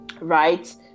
Right